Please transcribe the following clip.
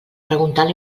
preguntant